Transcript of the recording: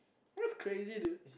that's crazy dude